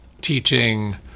teaching